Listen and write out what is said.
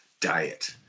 diet